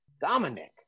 Dominic